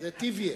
זה טיבייה.